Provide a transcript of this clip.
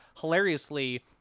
hilariously